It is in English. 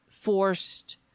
forced